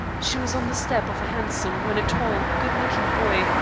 she was on the step of a hansom when a tall, good-looking boy,